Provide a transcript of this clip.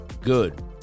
good